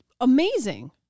amazing